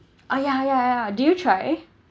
ah ya ya ya do you try